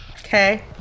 Okay